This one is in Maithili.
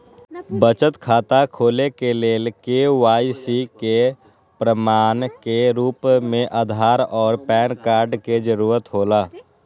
बचत खाता खोले के लेल के.वाइ.सी के प्रमाण के रूप में आधार और पैन कार्ड के जरूरत हौला